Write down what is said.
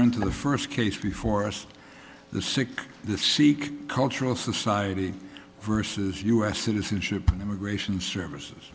into the first case before us the sick the sikh cultural society versus us citizenship and immigration services